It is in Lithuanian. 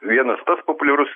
vienas populiarus